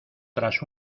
tras